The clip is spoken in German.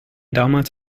damals